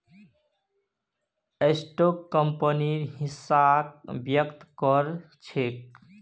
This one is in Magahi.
स्टॉक कंपनीर हिस्साक व्यक्त कर छेक